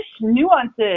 nuances